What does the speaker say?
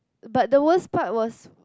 but the worst part was